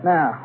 Now